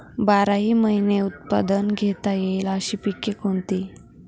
बाराही महिने उत्पादन घेता येईल अशी पिके कोणती?